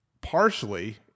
partially